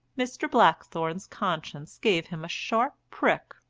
mr. blackthorne's conscience gave him a sharp prick,